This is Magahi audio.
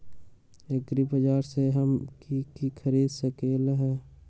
एग्रीबाजार से हम की की खरीद सकलियै ह?